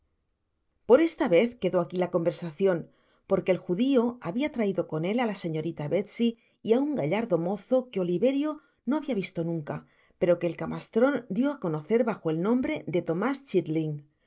por esla vez quedó aqui la conversacion porque el judio habia traido con él á la señorita belsy y á un gallardo mozo que oliverio no habia visto nunca pero que el camastron dio á conocer bajo el nombre de tomás